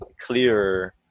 clearer